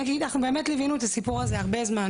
אנחנו באמת ליווינו את הסיפור הזה הרבה זמן,